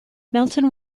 melton